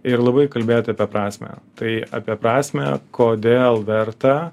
ir labai kalbėti apie prasmę tai apie prasmę kodėl verta